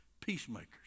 Peacemakers